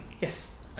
Yes